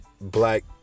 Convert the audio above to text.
black